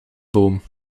boom